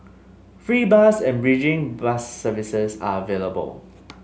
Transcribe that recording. free bus and bridging bus services are available